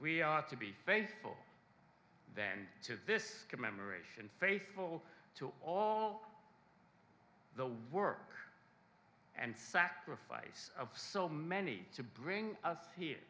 are to be faithful then to this commemoration faithful to all the work and sacrifice of so many to bring us here